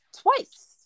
twice